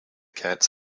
cats